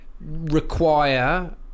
require